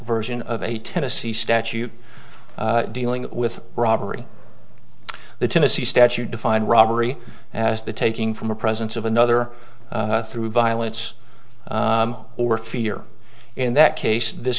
version of a tennessee statute dealing with robbery the tennessee statute defined robbery as the taking from the presence of another through violence or fear in that case this